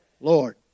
Lord